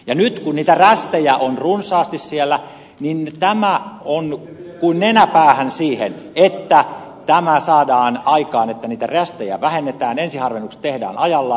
nyt kun niitä rästejä on runsaasti siellä niin tämä on kuin nenä päähän siihen että tämä saadaan aikaan että niitä rästejä vähennetään ensiharvennukset tehdään ajallaan